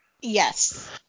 Yes